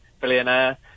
billionaire